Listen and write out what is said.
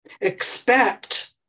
expect